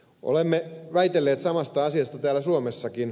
olemme väitelleet samasta asiasta täällä suomessakin